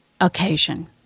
occasion